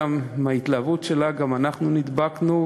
מההתלהבות שלה גם אנחנו נדבקנו,